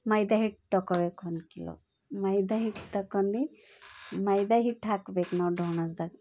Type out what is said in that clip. ಮೈದಾ ಹಿಟ್ಟು ತಗೋಬೇಕು ಒಂದು ಕಿಲೋ ಮೈದಾ ಹಿಟ್ಟು ತಗೊಂಡು ಮೈದಾ ಹಿಟ್ಟು ಹಾಕಬೇಕು ನಾವು ಡೋನಸ್ದಾಗ